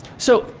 so,